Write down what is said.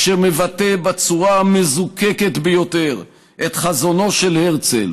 אשר מבטא בצורה המזוקקת ביותר את חזונו של הרצל